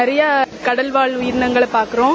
நிறைய கடல்வாழ் உயிரினங்களை பார்க்கிறோம்